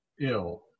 ill